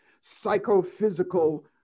psychophysical